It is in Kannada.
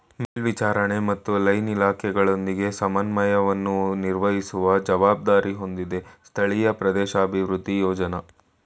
ಮೇಲ್ವಿಚಾರಣೆ ಮತ್ತು ಲೈನ್ ಇಲಾಖೆಗಳೊಂದಿಗೆ ಸಮನ್ವಯವನ್ನು ನಿರ್ವಹಿಸುವ ಜವಾಬ್ದಾರಿ ಹೊಂದಿದೆ ಸ್ಥಳೀಯ ಪ್ರದೇಶಾಭಿವೃದ್ಧಿ ಯೋಜ್ನ